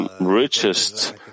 richest